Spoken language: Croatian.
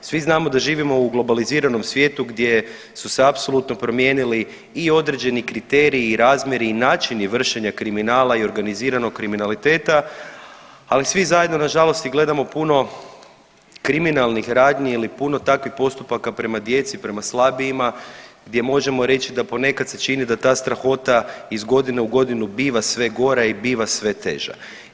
Svi znamo da živimo u globaliziranom svijetu gdje su se apsolutno promijenili i određeni kriteriji i razmjeri i načini vršenja kriminala i organiziranog kriminaliteta, ali svi zajedno nažalost i gledamo puno kriminalnih radnji ili puno takvih postupaka prema djeci, prema slabijima gdje možemo reći da ponekad se čini da ta strahota iz godine u godinu biva sve gora i biva sve teža.